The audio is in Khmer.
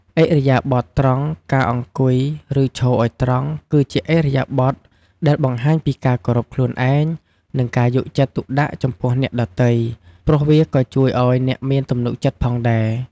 ឥរិយាបថត្រង់ ការអង្គុយ ឬឈរឲ្យត្រង់ គឺជាឥរិយាបថដែលបង្ហាញពីការគោរពខ្លួនឯង និងការយកចិត្តទុកដាក់ចំពោះអ្នកដទៃ ព្រោះវាក៏ជួយឲ្យអ្នកមានទំនុកចិត្តផងដែរ។